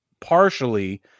partially